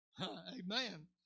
Amen